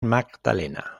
magdalena